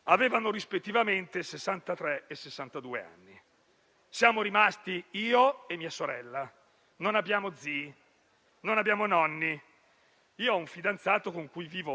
Io ho un fidanzato con cui vivo a Lentate e mia sorella vive sola a Lazzate con i nostri cani. Ieri sera» - la lettera si riferisce al giorno dopo l'emissione del DPCM